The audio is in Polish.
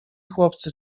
chłopcy